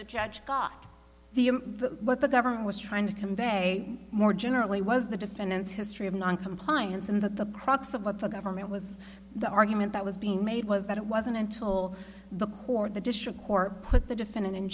the judge got the what the government was trying to convey more generally was the defendant's history of noncompliance and that the crux of what the government was the argument that was being made was that it wasn't until the court the district court put the defendant in